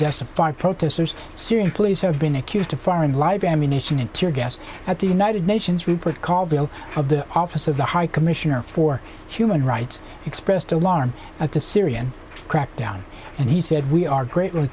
five protesters syrian police have been accused of firing live ammunition and tear gas at the united nations report called will of the office of the high commissioner for human rights expressed alarm at the syrian crackdown and he said we are greatly